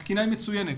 התקינה היא מצוינת,